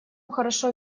хорошо